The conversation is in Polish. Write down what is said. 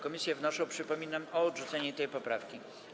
Komisje wnoszą, przypominam, o odrzucenie tej poprawki.